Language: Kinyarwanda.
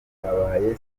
abaye